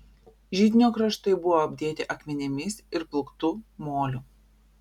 židinio kraštai buvo apdėti akmenimis ir plūktu moliu